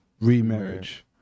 remarriage